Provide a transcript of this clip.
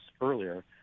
earlier